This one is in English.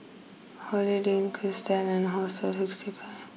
holiday Inn Kerrisdale and Hostel sixty five